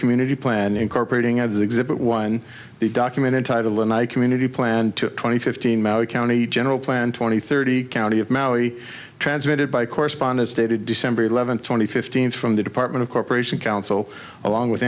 community plan incorporating as exhibit one the document in title and i community plan to twenty fifteen maui county general plan twenty thirty county of maui transmitted by correspondence dated december eleventh two thousand and fifteen from the department of corporation counsel along with